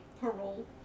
parole-